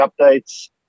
updates